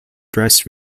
dress